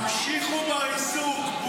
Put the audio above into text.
תמשיכו בעיסוק.